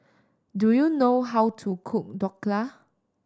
do you know how to cook Dhokla